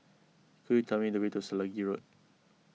could you tell me the way to Selegie Road